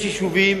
יש יישובים,